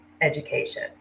education